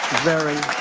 very